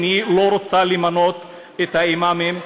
אם היא לא רוצה למנות את האימאמים?